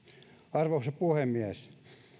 arvoisa puhemies